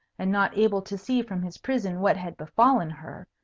and not able to see from his prison what had befallen her,